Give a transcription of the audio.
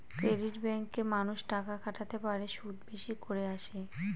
credit ব্যাঙ্কে মানুষ টাকা খাটাতে পারে, সুদ বেশি করে আসে